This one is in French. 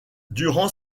durant